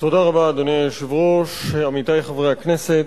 אדוני היושב-ראש, תודה רבה, עמיתי חברי הכנסת,